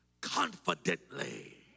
confidently